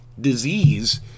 disease